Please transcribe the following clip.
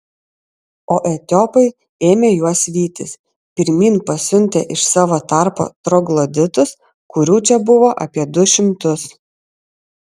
o etiopai ėmė juos vytis pirmyn pasiuntę iš savo tarpo trogloditus kurių čia buvo apie du šimtus